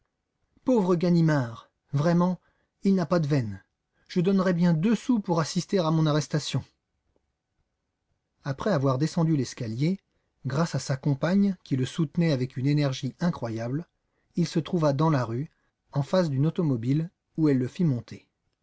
pauvre ganimard vraiment il n'a pas de veine je donnerais bien deux sous pour assister à mon arrestation après avoir descendu l'escalier grâce à sa compagne qui le soutenait avec une énergie incroyable il se trouva dans la rue en face d'une automobile où elle le fit monter